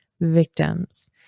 victims